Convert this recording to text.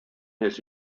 his